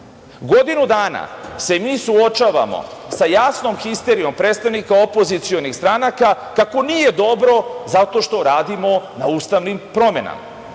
godine. Godinu dana se mi suočavamo sa jasnom histerijom predstavnika opozicionih stranaka kako nije dobro zato što radimo na ustavnim promenama.